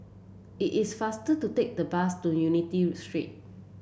it is faster to take the bus to Unity Street